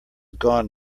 gone